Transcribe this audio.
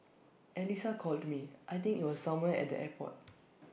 Alyssa called me I think IT was somewhere at the airport